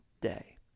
day